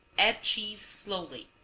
add cheese slowly,